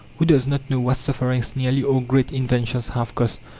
who does not know what sufferings nearly all great inventions have cost?